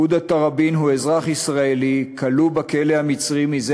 עודה תראבין הוא אזרח ישראלי שכלוא בכלא המצרי מזה